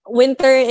winter